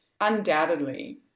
undoubtedly